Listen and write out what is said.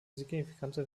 signifikante